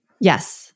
yes